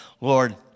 Lord